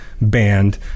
band